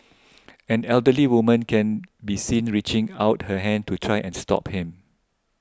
an elderly woman can be seen reaching out her hand to try and stop him